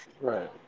Right